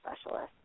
specialist